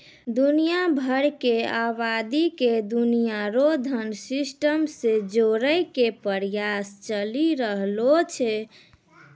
दुनिया भरी के आवादी के दुनिया रो धन सिस्टम से जोड़ेकै प्रयास चली रहलो छै